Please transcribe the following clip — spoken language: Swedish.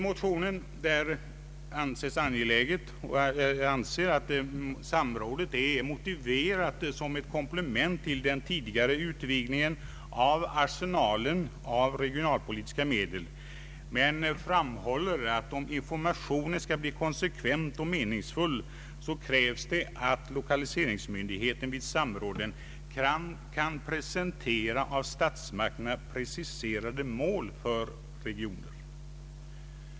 Motionärerna anser att samrådet är motiverat som ett komplement till den tidigare utvidgningen av arsenalen av regionalpolitiska medel, men framhåller att det, om informationen skall bli konsekvent och meningsfull, krävs att lokaliseringsmyndigheten vid samråden kan presentera av statsmakterna preciserade mål för regioner.